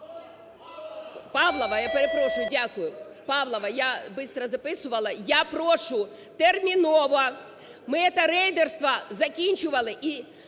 Павлова? Я перепрошую, дякую. Павлова. Я бистро записувала. Я прошу терміново, ми это рейдерство закінчували